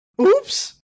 Oops